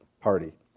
party